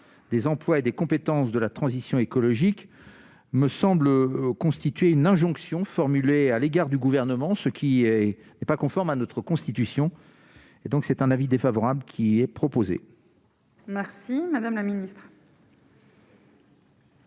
des emplois et des compétences de la transition écologique me semble constituer une injonction formulée à l'égard du gouvernement, ce qui n'est pas conforme à notre constitution, et donc c'est un avis défavorable qui est proposé. Merci madame la ministre.